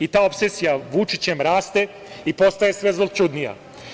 I ta opsesija Vučićem raste i postaje sve zloćudnija.